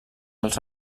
els